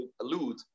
allude